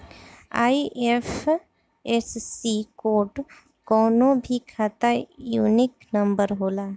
IFSC code कवनो भी खाता यूनिक नंबर होला